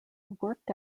worked